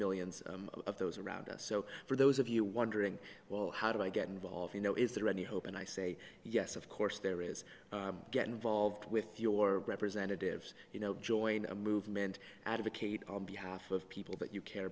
millions of those around us so for those of you wondering well how do i get involved you know is there any hope and i say yes of course there is get involved with your representatives you know join a movement advocate on behalf of people that you care